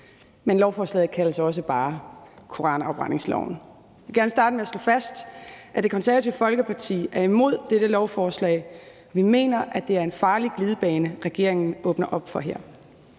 Men lovforslaget kaldes også bare koranafbrændingsloven. Jeg vil gerne starte med at slå fast, at Det Konservative Folkeparti er imod dette lovforslag. Vi mener, at det er en farlig glidebane, regeringen åbner op for her.